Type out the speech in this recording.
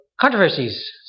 controversies